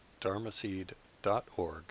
dharmaseed.org